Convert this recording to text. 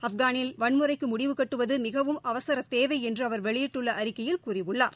ஆப்கானிஸ்தானில் வன்முறைக்கு முடிவு கட்டுவது மிகவும் அவசரத் தேவை என்று அவர் வெளியிட்டுள்ள அறிக்கையில் கூறியுள்ளார்